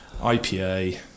IPA